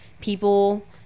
people